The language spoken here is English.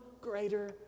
greater